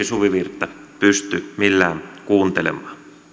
suvivirttä pysty millään kuuntelemaan